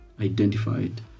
identified